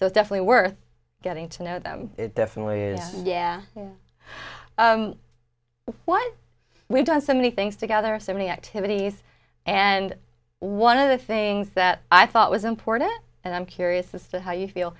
so it's definitely worth getting to know them it definitely is yeah what we've done so many things together so many activities and one of the things that i thought was important and i'm curious as to how you feel